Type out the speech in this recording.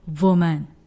woman